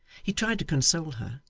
he tried to console her,